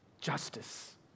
justice